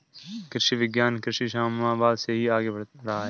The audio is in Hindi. कृषि विज्ञान कृषि समवाद से ही आगे बढ़ रहा है